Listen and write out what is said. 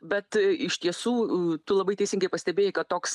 bet a iš tiesų u tu labai teisingai pastebėjai kad toks